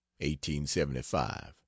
1875